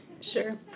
Sure